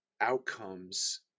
outcomes